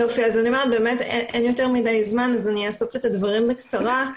אין יותר מידי זמן אז אני אאסוף את הדברים בקצרה,